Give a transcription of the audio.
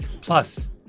Plus